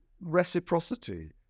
reciprocity